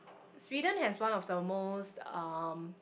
Sweden has one of the most um